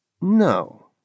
No